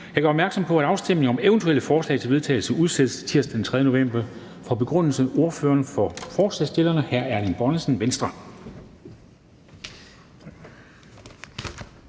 Jeg gør opmærksom på, at afstemning om eventuelle forslag til vedtagelse udsættes til tirsdag den 3. november 2020. Værsgo med en begrundelse til ordføreren for forslagsstillerne, hr. Erling Bonnesen fra Venstre.